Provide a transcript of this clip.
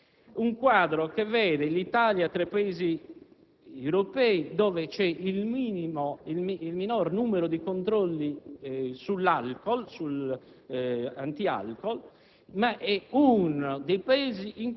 non può essere un fatto casuale che in Italia ci siano solo 170.000 controlli all'anno, mentre in Germania sono 5 milioni e in